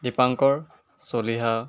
Dipankar Chaliha